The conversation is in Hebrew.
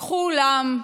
לקחו אולם,